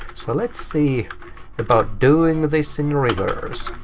so let's see about doing this in reverse.